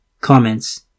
Comments